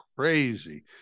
crazy